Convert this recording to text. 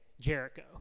Jericho